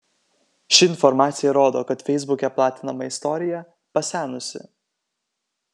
ši informacija rodo kad feisbuke platinama istorija pasenusi